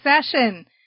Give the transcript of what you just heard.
session